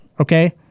okay